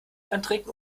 antrinken